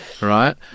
right